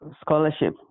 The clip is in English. scholarship